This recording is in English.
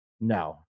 No